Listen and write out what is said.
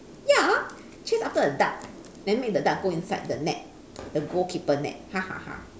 ya chase after a duck then make the duck go inside the net the goal keeper net ha ha ha